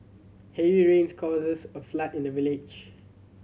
heavy rains causes a flood in the village